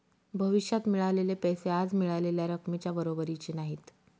भविष्यात मिळालेले पैसे आज मिळालेल्या रकमेच्या बरोबरीचे नाहीत